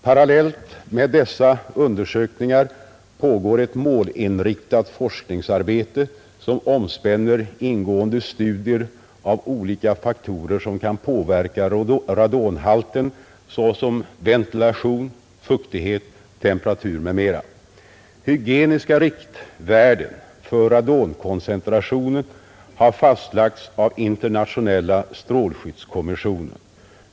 Parallellt med dessa undersökningar pågår ett målinriktat forskningsarbete, som omspänner ingående studier av olika faktorer som kan påverka radonhalten såsom ventilation, fuktighet, temperatur m.m. Hygieniska riktvärden för radonkoncentration har fastlagts av internationella strålskyddskommissionen .